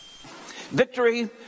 Victory